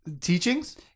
teachings